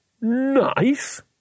Nice